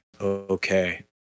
Okay